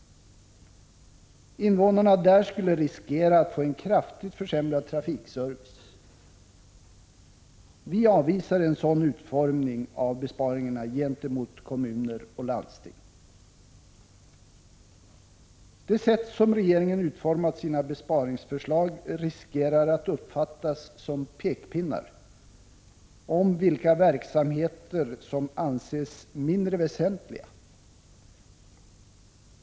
Invånarna där skulle riskera att få en kraftigt försämrad trafikservice. Vi avvisar en sådan utformning av besparingarna gentemot kommuner och landsting. Det sätt som regeringen utformat sina besparingsförslag på riskerar att uppfattas som en pekpinne om vilka verksamheter som anses mindre väsentliga.